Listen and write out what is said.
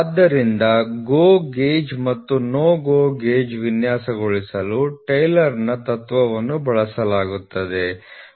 ಆದ್ದರಿಂದ GO gauge ಮತ್ತು NO GO gauge ವಿನ್ಯಾಸಗೊಳಿಸಲು ಟೇಲರ್ನ ತತ್ವವನ್ನು ಬಳಸಲಾಗುತ್ತದೆ